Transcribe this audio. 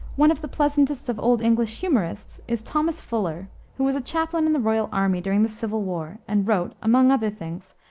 one of the pleasantest of old english humorists is thomas fuller, who was a chaplain in the royal army during the civil war, and wrote, among other things,